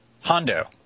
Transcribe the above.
Hondo